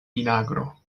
vinagro